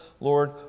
Lord